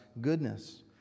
goodness